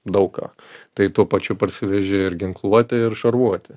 daug ką tai tuo pačiu parsivežė ir ginkluotę ir šarvuotę